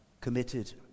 committed